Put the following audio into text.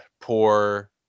poor